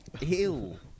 Ew